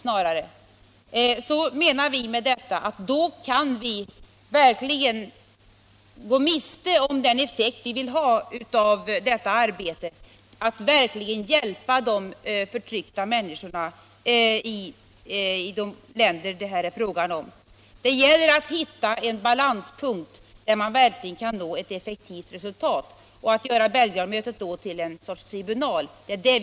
Vi menar att vi i så fall kan gå miste om den effekt vi vill ha av detta arbete, nämligen att verkligen kunna hjälpa de förtryckta människorna i de länder det är fråga om. Det gäller att hitta en balanspunkt, där man kan nå ett effektivt resultat. Vad vi alltså vill undvika är att göra Belgradmötet till något slags tribunal.